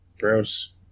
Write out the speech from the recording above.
Gross